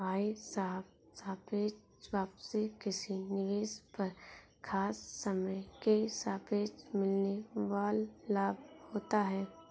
भाई साहब सापेक्ष वापसी किसी निवेश पर खास समय के सापेक्ष मिलने वाल लाभ होता है